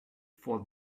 for